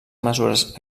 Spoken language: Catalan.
mesures